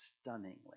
stunningly